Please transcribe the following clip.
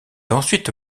ensuite